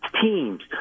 teams